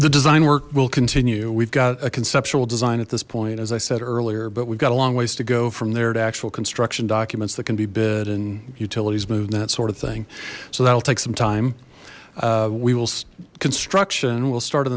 the design work will continue we've got a conceptual design at this point as i said earlier but we've got a long ways to go from there to actual construction documents that can be bid and utilities moved in that sort of thing so that'll take some time we will construction will start